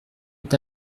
est